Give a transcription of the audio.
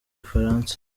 bufaransa